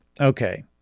Okay